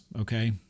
Okay